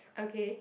okay